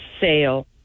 sale